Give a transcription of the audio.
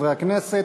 חברי הכנסת,